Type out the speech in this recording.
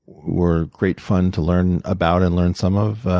were great fun to learn about and learn some of.